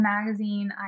magazine